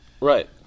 right